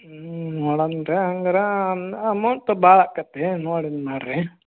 ಹ್ಞೂ ನೋಡೋನ್ರೀ ಹಂಗಾರ ಅಮೌಂಟ್ ಭಾಳ ಆಕ್ಕತಿ ನೋಡಿ ಇದು ಮಾಡ್ರಿ